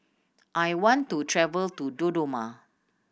I want to travel to Dodoma